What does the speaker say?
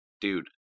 dude